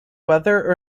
whether